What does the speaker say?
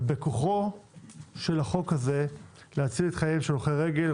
ובכוחו של החוק הזה להציל את חייהם של הולכי רגל,